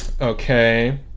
Okay